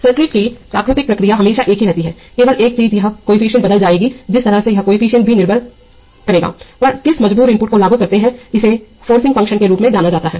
circuit की प्राकृतिक प्रतिक्रिया हमेशा एक ही रहती है केवल एक चीज यहकेफीसिएंट बदल जाएगी जिस तरह से यह केफीसिएंट भी निर्भर करेगा आप किस मजबूर इनपुट को लागू करते हैं इसे फोर्सिंग फ़ंक्शन के रूप में जाना जाता है